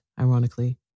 ironically